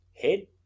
head